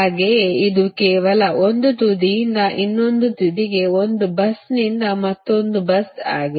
ಹಾಗೆಯೆ ಇದು ಕೇವಲ ಒಂದು ತುದಿಯಿಂದ ಇನ್ನೊಂದು ತುದಿಗೆ ಒಂದು busನಿಂದ ಮತ್ತೊಂದು bus ಆಗಿದೆ